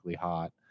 hot